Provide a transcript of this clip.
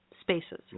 spaces